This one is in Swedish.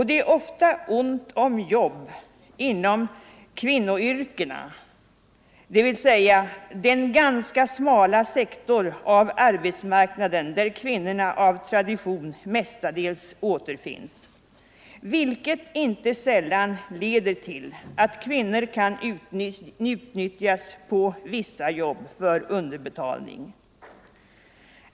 Det är ofta ont om jobb inom ”kvinnoyrkena” — dvs. den ganska smala sektor av arbetsmarknaden där kvinnorna av tradition mestadels återfinns — vilket inte sällan leder till att kvinnor på vissa jobb kan utnyttjas mot underbetalning.